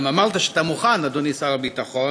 גם אמרת שאתה מוכן, אדוני שר הביטחון